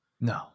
No